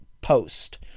post